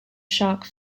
shark